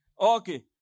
Okay